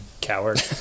Coward